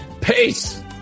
Peace